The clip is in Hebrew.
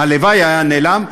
הלוואי היה נעלם,